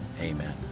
amen